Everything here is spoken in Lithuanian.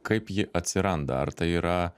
kaip ji atsiranda ar tai yra